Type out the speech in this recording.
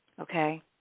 Okay